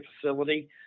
facility